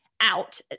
out